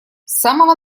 самого